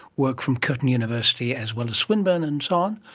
work from curtin university as well as swinburne and so on.